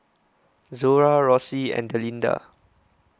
Zora Rossie and Delinda